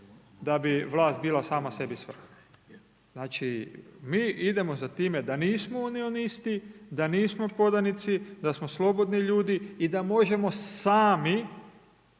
da bi vlast bila sama sebi svrha. Znači mi idemo za time da nismo unionisti, da nismo podanici, da smo slobodni ljudi i da možemo sami,